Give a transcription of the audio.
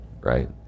right